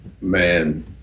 Man